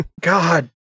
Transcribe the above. God